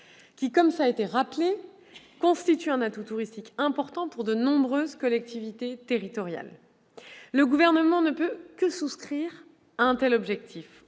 qui, comme cela a été rappelé, constituent un atout touristique important pour de nombreuses collectivités territoriales. Le Gouvernement ne peut que souscrire à un tel objectif,